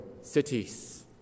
cities